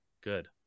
Good